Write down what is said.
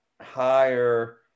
higher